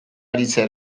aritzen